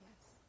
Yes